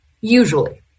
Usually